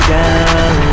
down